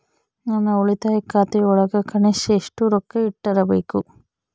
ನನ್ನ ಉಳಿತಾಯ ಖಾತೆಯೊಳಗ ಕನಿಷ್ಟ ಎಷ್ಟು ರೊಕ್ಕ ಇಟ್ಟಿರಬೇಕು?